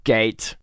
Gate